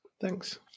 Thanks